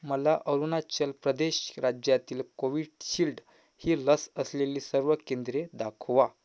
मला अरुणाचल प्रदेश राज्यातील कोविशिल्ड ही लस असलेली सर्व केंद्रे दाखवा